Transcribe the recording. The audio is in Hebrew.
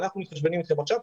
אנחנו מתחשבנים איתכם עכשיו,